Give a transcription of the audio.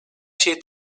şey